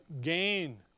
gain